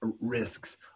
risks